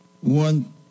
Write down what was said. one